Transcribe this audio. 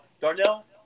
Darnell